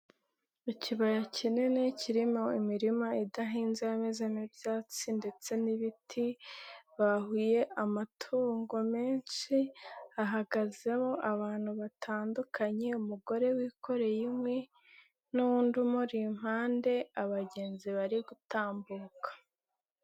Ikibaya kinini kirimo imirima idahinze yamezemo ibyatsi ndetse n'ibiti, bahuye amatungo menshi, hahagazeho abantu batandukanye, umugore wikoreye inkwi n'undi umuri impande, abagenzi bari gutambuka.